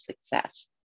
success